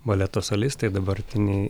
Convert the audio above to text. baleto solistai dabartiniai